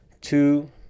Two